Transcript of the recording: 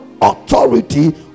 authority